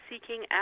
seeking